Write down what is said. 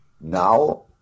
Now